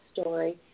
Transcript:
story